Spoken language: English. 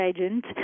agent